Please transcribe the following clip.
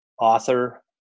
author